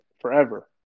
forever